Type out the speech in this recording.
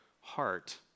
heart